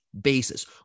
basis